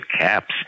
caps